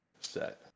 set